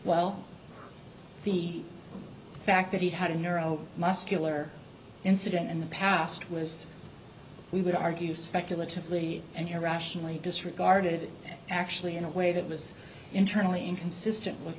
well the fact that he had a neuro muscular incident in the past was we would argue speculative lee and irrationally disregarded actually in a way that was internally inconsistent with